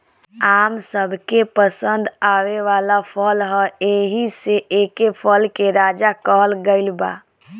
आम सबके पसंद आवे वाला फल ह एही से एके फल के राजा कहल गइल बा